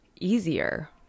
easier